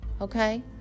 Okay